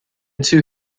two